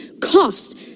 cost